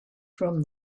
from